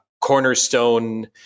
cornerstone